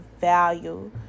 value